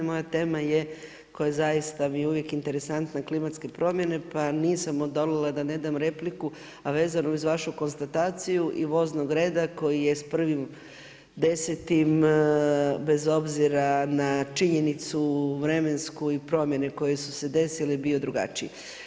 Moja tema je koja zaista mi je uvijek interesantna klimatske promjene, pa nisam odolila da ne dam repliku a vezano uz vašu konstataciju i voznog reda, koji je s 1. 10. bez obzira na činjenicu vremensku i promjene koje su se desile, bio drugačiji.